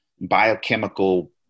biochemical